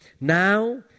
Now